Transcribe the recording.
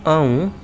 अं'ऊ